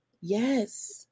Yes